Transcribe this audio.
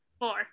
Four